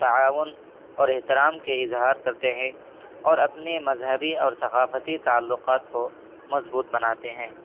تعاون اور احترام کے اظہار کرتے ہیں اور اپنے مذہبی اور ثقافتی تعلقات کو مضبوط بناتے ہیں